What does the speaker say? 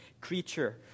creature